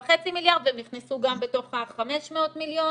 ה-3.5 מיליארד והן נכנסו גם בתוך ה-500 מיליון,